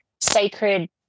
sacred